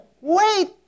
Wait